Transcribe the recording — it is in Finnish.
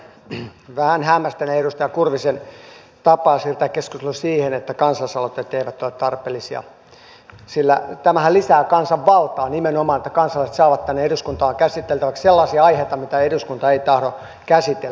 vähän hämmästelen edustaja kurvisen tapaa siirtää keskustelu siihen että kansalaisaloitteet eivät ole tarpeellisia sillä tämähän nimenomaan lisää kansanvaltaa että kansalaiset saavat tänne eduskuntaan käsiteltäväksi sellaisia aiheita mitä eduskunta ei tahdo käsitellä